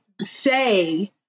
say